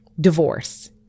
divorce